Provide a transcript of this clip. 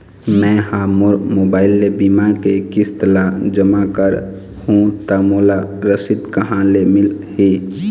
मैं हा मोर मोबाइल ले बीमा के किस्त ला जमा कर हु ता मोला रसीद कहां ले मिल ही?